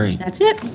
i mean that's it.